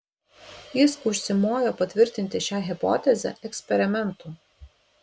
jis užsimojo patvirtinti šią hipotezę eksperimentu